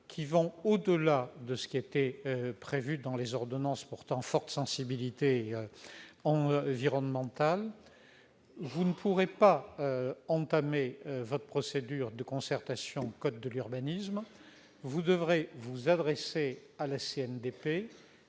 qui vont au-delà de ce qui était prévu par les ordonnances, pourtant à forte sensibilité environnementale, vous ne pourrez pas entamer la procédure de concertation prévue par le code de l'urbanisme, mais vous devrez vous adresser à la CNDP,